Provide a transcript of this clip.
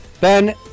Ben